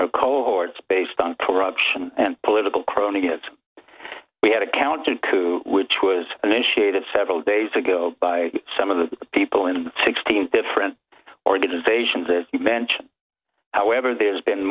her cohorts based on corruption and political crony gets we had a counter to which was initiated several days ago by some of the people in sixteen different organizations as you mentioned however there's been